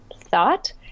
thought